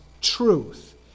truth